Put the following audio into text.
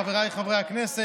חבריי חברי הכנסת,